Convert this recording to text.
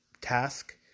task